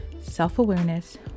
self-awareness